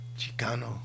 Chicano